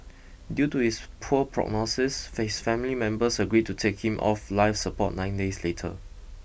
due to his poor prognosis face family members agreed to take him off life support nine days later